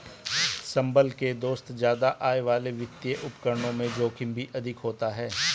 संभल के दोस्त ज्यादा आय वाले वित्तीय उपकरणों में जोखिम भी अधिक होता है